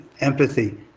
empathy